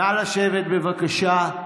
נא לשבת, בבקשה.